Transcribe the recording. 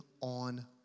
on